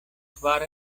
kvar